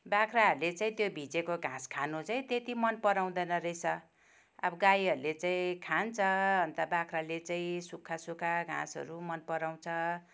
बाख्राहरूले चाहिँ त्यो भिजेको घाँस खानु चाहिँ त्यति मन पराउँदैन रहेछ अब गाईहरूले चाहिँ खान्छ अन्त बाख्राले चाहिँ सुक्खा सुक्खा घाँसहरू मन पराउँछ